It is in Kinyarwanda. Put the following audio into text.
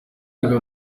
gabon